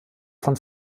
von